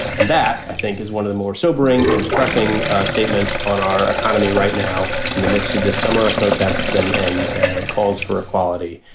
and that, i think, is one of the more sobering and depressing statements on our economy right now in the midst of this summer of protests and and calls calls for equality,